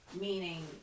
meaning